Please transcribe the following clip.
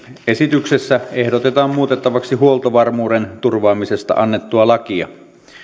esityksessä ehdotetaan muutettavaksi huoltovarmuuden turvaamisesta annettua lakia